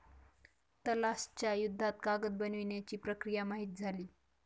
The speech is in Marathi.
तलाश च्या युद्धात कागद बनवण्याची प्रक्रिया माहित झाली